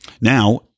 Now